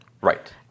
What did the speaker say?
Right